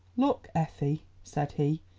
look, effie, said he,